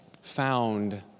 found